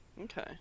Okay